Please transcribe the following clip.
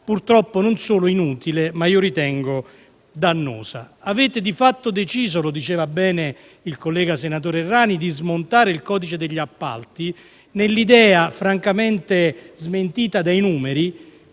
purtroppo non solo inutile, ma - io ritengo - anche dannosa. Avete di fatto deciso - lo ha detto bene il collega, senatore Errani - di smontare il codice degli appalti, nell'idea - francamente smentita dai numeri